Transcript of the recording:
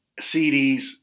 CDs